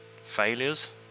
Failures